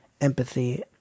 empathy